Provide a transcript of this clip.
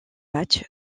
match